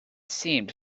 seemed